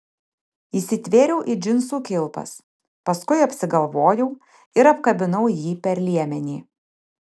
įsitvėriau į džinsų kilpas paskui apsigalvojau ir apkabinau jį per liemenį